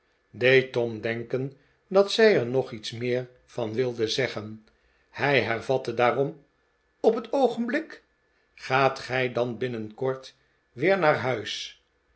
deed tom denken dat zij er nog ie'ts meer van wilde zeggen hij hervatte daarom op het oogenblik gaat gij dan binnenkort weer naar huis